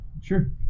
Sure